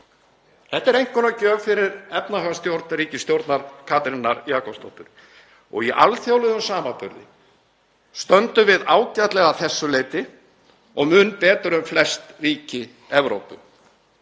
Þetta er einkunnagjöf fyrir efnahagsstjórn ríkisstjórnar Katrínar Jakobsdóttur. Í alþjóðlegum samanburði stöndum við ágætlega að þessu leyti og mun betur en flest ríki Evrópu.